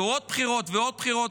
יהיו עוד בחירות ועוד בחירות,